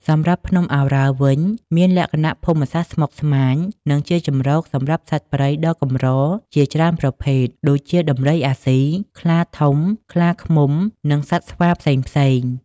សម្រាប់ភ្នំឱរ៉ាល់វិញមានលក្ខណៈភូមិសាស្ត្រស្មុគស្មាញ និងជាជម្រកសម្រាប់សត្វព្រៃដ៏កម្រជាច្រើនប្រភេទ ដូចជាដំរីអាស៊ី ខ្លាធំ ខ្លាឃ្មុំ និងសត្វស្វាផ្សេងៗ។